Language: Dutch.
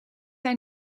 hij